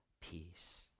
peace